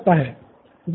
student Nithin ji हाँ